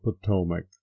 potomac